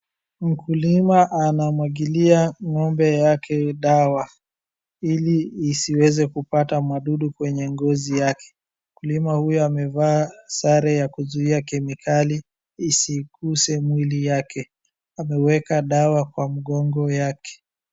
Mkulima anamwagilia ng'ombe yake dawa ili isiweze kupata mdudu kwenye ngozi yake. Mkulima huyo amevaa sare ya kuzuia kemikali isiguze mwili yake. Ameweka dawa kwa mgongo yake.